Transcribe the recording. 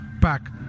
back